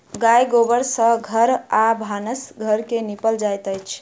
गाय गोबर सँ घर आ भानस घर के निपल जाइत अछि